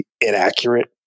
inaccurate